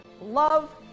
love